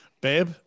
Babe